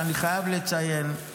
אני חייב לציין,